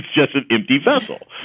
just an empty vessel.